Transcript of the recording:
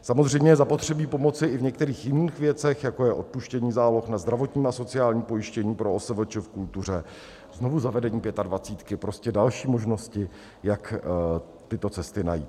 Samozřejmě je zapotřebí pomoci i v některých jiných věcech, jako je odpuštění záloh na zdravotní a sociální pojištění pro OSVČ v kultuře, znovuzavedení Pětadvacítky, prostě další možnosti, jak tyto cesty najít.